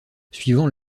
suivant